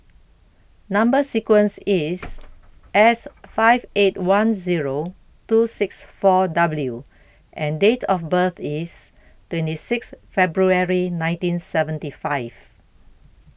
Number sequence IS S five eight one Zero two six four W and Date of birth IS twenty six February nineteen seventy five